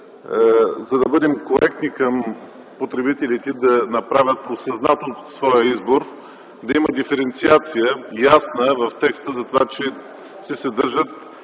за да бъдем коректни към потребителите да направят осъзнато своя избор, да има ясна диференциация в текста за това, че в продукта